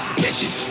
bitches